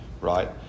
right